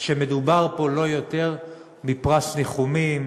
שמדובר פה בלא יותר מפרס ניחומים,